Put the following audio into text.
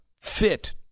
fit